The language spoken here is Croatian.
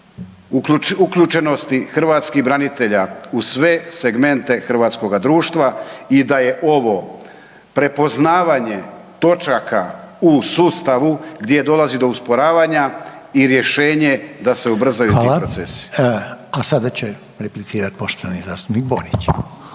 uključenosti hrvatskih branitelja u sve segmente hrvatskoga društva i da je ovo prepoznavanje točaka u sustavu gdje dolazi do usporavanja i rješenje da se ubrzaju ti procesi. **Reiner, Željko (HDZ)** Hvala. A sada će replicirati poštovani zastupnik Borić.